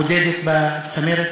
בודדת בצמרת,